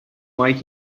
might